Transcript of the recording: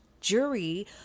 jury